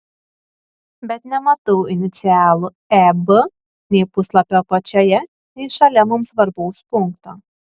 bet nematau inicialų eb nei puslapio apačioje nei šalia mums svarbaus punkto